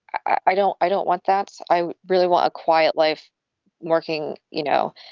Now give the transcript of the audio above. i don't i don't want that. i really want a quiet life working, you know,